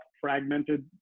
fragmented